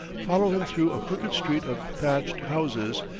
follow him through a crooked street of thatched houses,